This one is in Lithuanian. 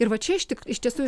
ir va čia iš tik iš tiesų